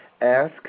ask